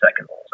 second